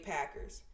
Packers